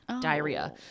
diarrhea